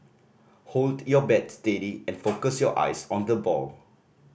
hold your bat steady and focus your eyes on the ball